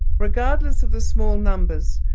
regardless of the small numbers,